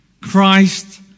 Christ